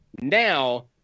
now